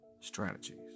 strategies